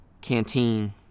canteen